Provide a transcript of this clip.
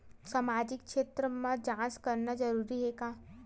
सामाजिक क्षेत्र म जांच करना जरूरी हे का?